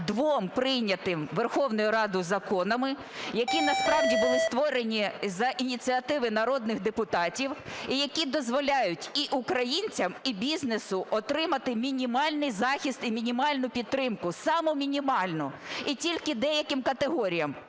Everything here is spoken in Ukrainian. двом прийнятим Верховною Радою законам, які насправді були створені за ініціативи народних депутатів, і які дозволяють і українцям, і бізнесу отримати мінімальний захист і мінімальну підтримку, саму мінімальну і тільки деяких категоріям.